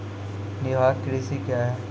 निवाहक कृषि क्या हैं?